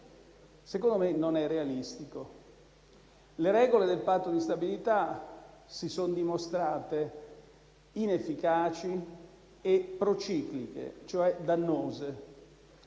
Secondo me, non è realistico. Le regole del Patto di stabilità si sono dimostrate inefficaci e procicliche, cioè dannose.